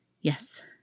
Yes